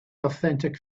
authentic